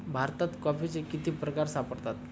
भारतात कॉफीचे किती प्रकार सापडतात?